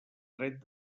dret